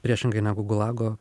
priešingai negu gulago